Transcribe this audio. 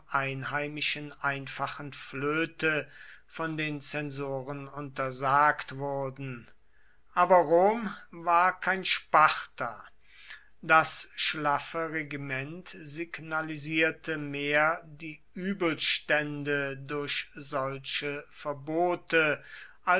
einheimischen einfachen flöte von den zensoren untersagt wurden aber rom war kein sparta das schlaffe regiment signalisierte mehr die übelstände durch solche verbote